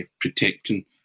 protecting